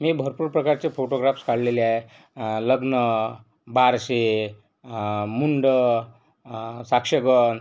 मी भरपूर प्रकारचे फोटोग्राफ्स काढलेले आहे लग्न बारसे मुंड साक्षगंध